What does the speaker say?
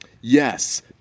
Yes